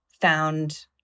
found